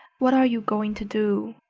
what are you going to do?